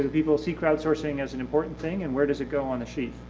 the people see crowdsourcing as an important thing and where does it go on the sheet?